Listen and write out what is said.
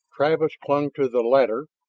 travis clung to the ladder,